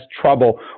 trouble